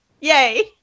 Yay